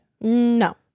No